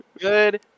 good